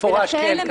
במפורש כן,